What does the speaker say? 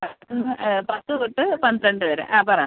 പത്ത് പത്ത് തൊട്ട് പന്ത്രണ്ട് വരെ ആ പറ